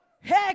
hey